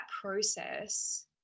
process